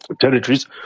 Territories